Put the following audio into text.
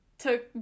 took